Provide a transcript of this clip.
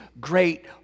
great